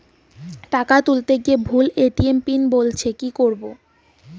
টাকা তুলতে গিয়ে ভুল এ.টি.এম পিন বলছে কি করবো?